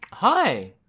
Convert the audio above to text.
Hi